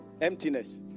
Emptiness